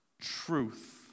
truth